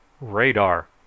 -"Radar